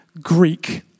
Greek